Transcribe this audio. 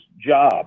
job